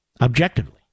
Objectively